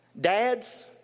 Dads